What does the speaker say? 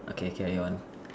okay carry on